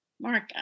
Mark